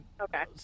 Okay